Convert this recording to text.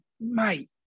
mate